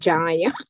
Jaya